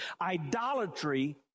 Idolatry